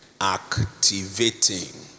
activating